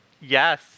Yes